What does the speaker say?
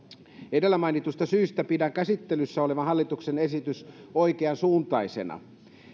edellä mainitusta syystä pidän käsittelyssä olevaa hallituksen esitystä oikeansuuntaisena